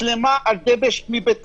מצלמה על בטון?